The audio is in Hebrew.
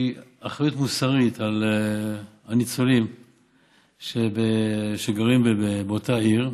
על ניצולים שגרים באותה עיר.